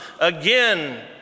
again